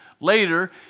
later